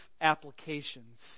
applications